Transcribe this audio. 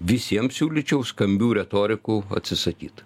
visiem siūlyčiau skambių retorikų atsisakyt